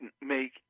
make